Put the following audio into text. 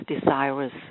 desirous